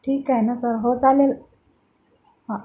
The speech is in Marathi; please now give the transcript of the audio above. ठीक आहे ना सर हो चालेल हा